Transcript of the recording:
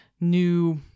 New